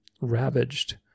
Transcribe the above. ravaged